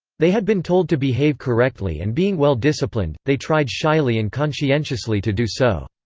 they had been told to behave correctly and being well-disciplined, they tried shyly and conscientiously to do so.